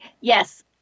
yes